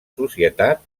societat